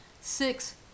six